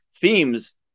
themes